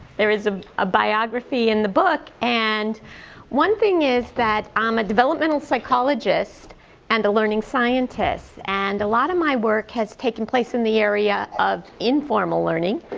there is a a biography in the book, and one thing is that i'm a developmental psychologist and a learning scientist, and a lot of my work has taken place in the area of informal learning.